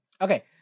okay